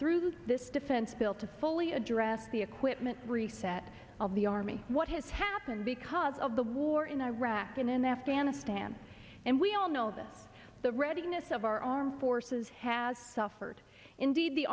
through this defense bill to fully address the equipment reset of the army what has happened because of the war in iraq and in afghanistan and we all know that the readiness of our armed forces has suffered indeed the